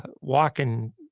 walking